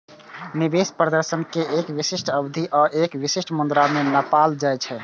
निवेश प्रदर्शन कें एक विशिष्ट अवधि आ एक विशिष्ट मुद्रा मे नापल जाइ छै